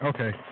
Okay